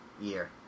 year